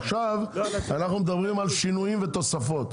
עכשיו אנחנו מדברים על שינויים ותוספות.